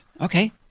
Okay